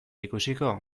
ikusiko